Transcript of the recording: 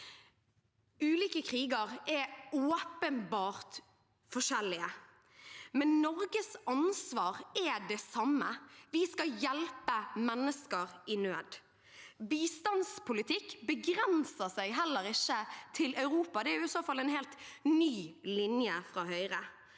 Ulike kriger er åpenbart forskjellige, men Norges ansvar er det samme: Vi skal hjelpe mennesker i nød. Bistandspolitikk begrenser seg heller ikke til Europa. Det er i så fall en helt ny linje fra Høyre.